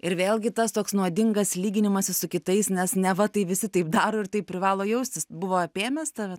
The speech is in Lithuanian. ir vėlgi tas toks nuodingas lyginimasis su kitais nes neva tai visi taip daro ir taip privalo jaustis buvo apėmęs tave